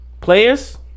players